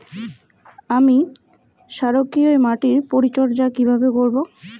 আমি ক্ষারকীয় মাটির পরিচর্যা কিভাবে করব?